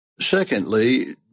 Secondly